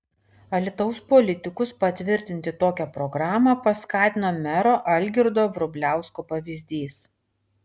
alytaus politikus patvirtinti tokią programą paskatino mero algirdo vrubliausko pavyzdys